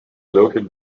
local